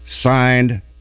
signed